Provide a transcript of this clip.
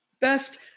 Best